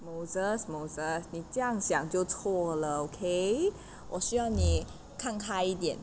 moses moses 你这样想就错了 okay 我需要你看开一点